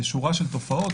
שורה של תופעות,